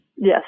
Yes